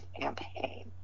Campaign